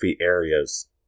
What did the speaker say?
areas